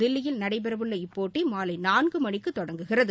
தில்லியில் நடைபெறவுள்ள இப்போட்டி மாலை நான்கு மணிக்கு தொடங்குகிறது